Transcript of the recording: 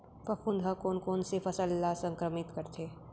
फफूंद ह कोन कोन से फसल ल संक्रमित करथे?